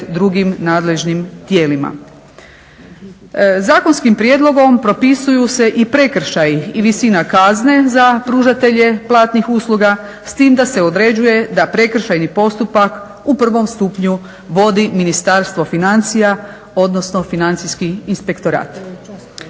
drugim nadležnim tijelima. Zakonskim prijedlogom propisuju se i prekršaji i visina kazne za pružatelje platnih usluga s tim da se određuje da prekršajni postupak u prvom stupnju vodi Ministarstvo financija odnosno Financijski inspektorat.